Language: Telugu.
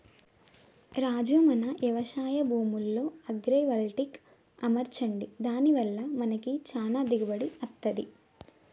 రాజు మన యవశాయ భూమిలో అగ్రైవల్టెక్ అమర్చండి దాని వల్ల మనకి చానా దిగుబడి అత్తంది